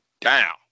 down